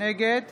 נגד